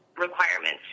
requirements